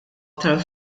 iktar